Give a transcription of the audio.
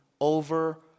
over